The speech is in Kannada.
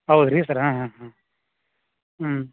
ಹೌದ್ ರೀ ಸರ್ ಹಾಂ ಹಾಂ ಹಾಂ ಹ್ಞೂ